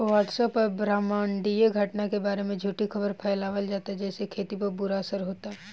WhatsApp पर ब्रह्माण्डीय घटना के बारे में झूठी खबर फैलावल जाता जेसे खेती पर बुरा असर होता